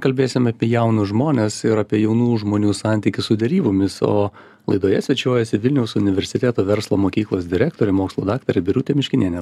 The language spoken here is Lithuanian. kalbėsim apie jaunus žmones ir apie jaunų žmonių santykius su derybomis o laidoje svečiuojasi vilniaus universiteto verslo mokyklos direktorė mokslų daktarė birutė miškinienė